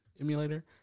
Emulator